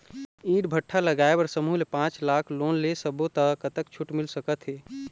ईंट भट्ठा लगाए बर समूह ले पांच लाख लाख़ लोन ले सब्बो ता कतक छूट मिल सका थे?